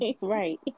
Right